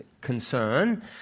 concern